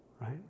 Right